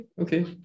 Okay